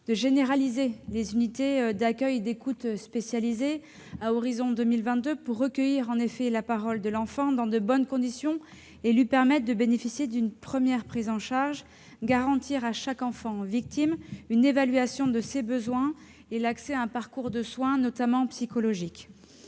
généralisons des unités d'accueil et d'écoute spécialisées à l'horizon de 2022 pour recueillir la parole de l'enfant dans de bonnes conditions et lui permettre de bénéficier d'une première prise en charge. Nous souhaitons garantir à chaque enfant victime une évaluation de ses besoins et l'accès à un parcours de soins, notamment psychologiques.